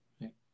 Right